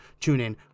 TuneIn